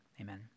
Amen